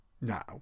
Now